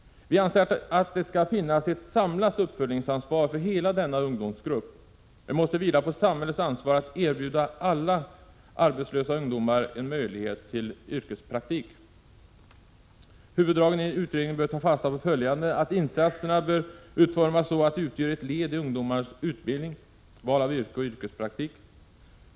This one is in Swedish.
Vi anser att det skall finnas ett samlat uppföljningsansvar för hela denna ungdomsgrupp. Det måste vila på samhällets ansvar att erbjuda alla arbetslösa ungdomar en möjlighet till yrkespraktik. Huvuddragen i en utredning bör ta fasta på följande: Insatserna bör utformas så att de utgör ett led i ungdomars utbildning, val av yrke och yrkespraktik.